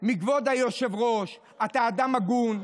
מכבוד היושב-ראש: אתה אדם הגון,